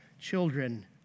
children